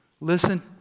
Listen